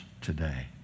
today